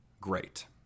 great